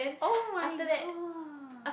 oh-my-god